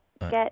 Get